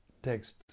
Text